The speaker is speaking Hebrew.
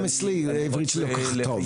גם אצלי העברית שלי לא כל כך טובה,